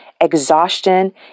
exhaustion